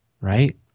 right